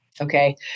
Okay